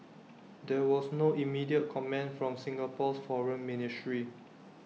there was no immediate comment from Singapore's foreign ministry